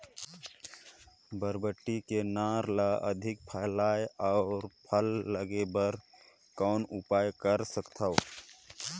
बरबट्टी के नार ल अधिक फैलाय अउ फल लागे बर कौन उपाय कर सकथव?